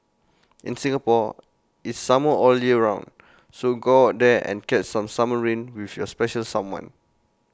in Singapore it's summer all year round so go out there and catch some summer rain with your special someone